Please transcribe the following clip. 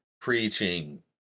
preaching